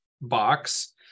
box